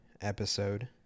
episode